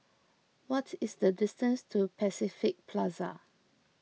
what is the distance to Pacific Plaza